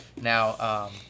Now